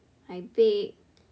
I bake